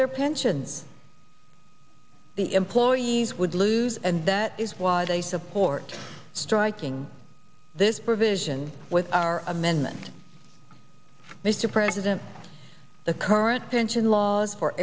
their pensions the employees would lose and that is why they support striking this provision with our amendment mr president the current pension laws for